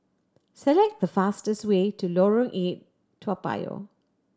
select the fastest way to Lorong Eight Toa Payoh